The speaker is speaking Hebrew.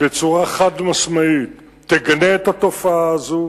תגנה בצורה חד-משמעית את התופעה הזו